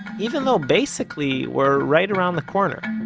even though, basically, we're right around the corner